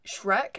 Shrek